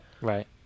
Right